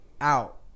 out